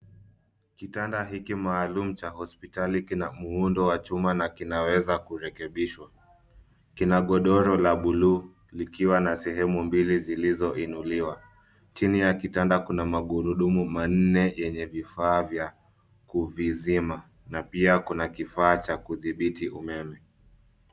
Kitanda hiki maalum cha hospitali kina muundo wa chuma na kinaweza kurekebishwa. Kuna godoro la buluu likiwa na sehemu mbili zilizoinuliwa. Chini ya kitanda kuna magurudumu manne yenye vifaa vya kuvizima na pia kuna kifaa cha kudhibiti umeme.